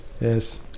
Yes